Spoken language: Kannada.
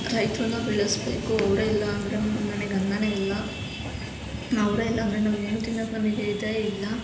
ರೈತ್ರುನ ಬೆಳಸಬೇಕು ಅವ್ರೆ ಇಲ್ಲಾಂದರೆ ನಮಗೆ ಅನ್ನನೇ ಇಲ್ಲ ಅವರೇ ಇಲ್ಲಾಂದ್ರೆ ನಾವೇನು ತಿನ್ನಕ್ಕೆ ನಮಗೆ ಇದೇ ಇಲ್ಲಾ